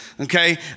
okay